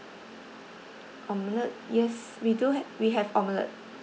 omelette yes we do have we have omelette